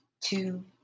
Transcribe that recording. two